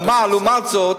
אבל לעומת זאת,